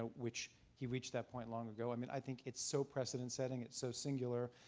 ah which he reached that point long ago, i mean i think it's so precedent setting, it so singular,